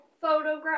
photograph